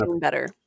better